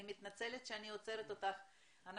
אני מתנצלת שאני עוצרת אותך.